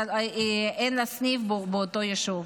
אין לה סניף באותו יישוב.